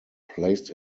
placed